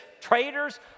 traitors